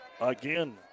again